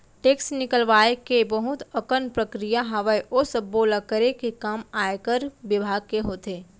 tax निकलवाय के बहुत अकन प्रक्रिया हावय, ओ सब्बो ल करे के काम आयकर बिभाग के होथे